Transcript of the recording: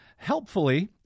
Helpfully